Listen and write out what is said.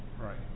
Right